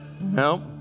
No